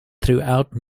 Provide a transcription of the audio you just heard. throughout